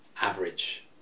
average